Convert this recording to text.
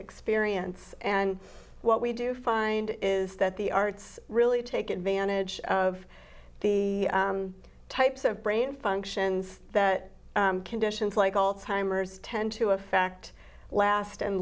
experience and what we do find is that the arts really take advantage of the types of brain functions that conditions like all timers tend to a fact last and